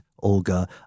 Olga